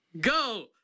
Go